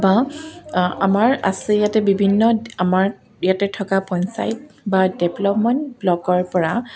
বা আমাৰ আছে ইয়াতে বিভিন্ন আমাৰ ইয়াতে থকা পঞ্চায়ত বা ডেভলপমেণ্ট ব্লকৰপৰা